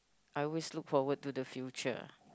I always look forward to the future